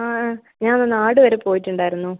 ആ ഞാനൊന്ന് നാട് വരെ പോയിട്ടുണ്ടായിരുന്നു